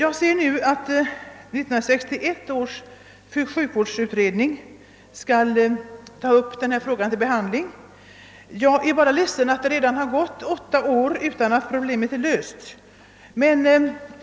Av svaret framgår att 1961 års sjukförsäkringsutredning skall ta upp frågan till behandling. Jag är bara ledsen att det redan har gått åtta år utan att problemet lösts.